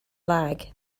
lag